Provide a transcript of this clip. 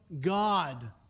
God